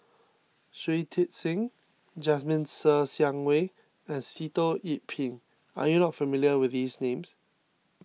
Shui Tit Sing Jasmine Ser Xiang Wei and Sitoh Yih Pin are you not familiar with these names